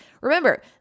Remember